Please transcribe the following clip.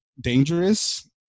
dangerous